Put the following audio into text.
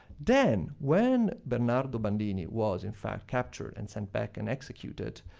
then, when bernardo bandini was in fact captured and sent back and executed,